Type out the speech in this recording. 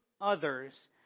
others